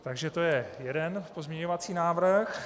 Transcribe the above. Takže to je jeden pozměňovací návrh.